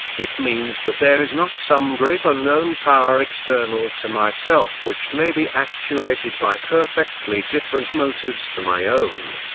it means that there is not some great unknown power external to myself which may be actuated by perfectly different motives to my own,